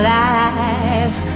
life